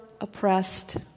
oppressed